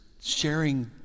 sharing